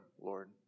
Lord